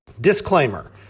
Disclaimer